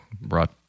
brought